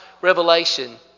revelation